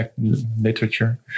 literature